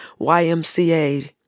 YMCA